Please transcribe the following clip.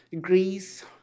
Greece